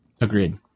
Agreed